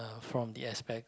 from the aspect